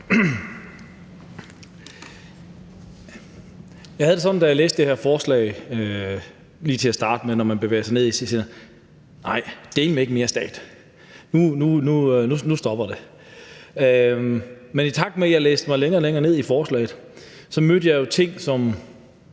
Jeg havde det sådan, da jeg læste det her forslag, lige til at starte med, når man bevæger sig ned i det: Nej, dæleme ikke mere stat, nu stopper det. Men i takt med at jeg læste mig længere og længere ned i forslaget, mødte jeg jo ting, som